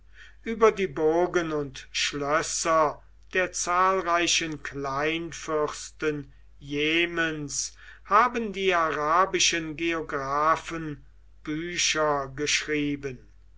über die burgen und schlösser der zahlreichen kleinfürsten jemens haben die arabischen geographen bücher geschrieben